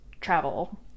travel